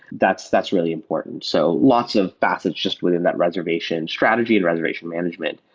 that's that's really important. so lots of passage just within that reservation strategy and reservation management.